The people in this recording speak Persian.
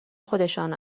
خودشان